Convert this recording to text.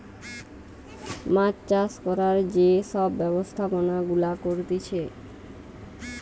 মাছ চাষ করার যে সব ব্যবস্থাপনা গুলা করতিছে